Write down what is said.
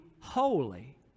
holy